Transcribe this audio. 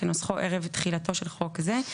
כנוסחו ערב תחילתו של חוק זה,